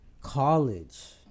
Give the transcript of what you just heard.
College